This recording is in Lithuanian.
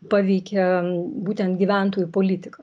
paveikia būtent gyventojų politiką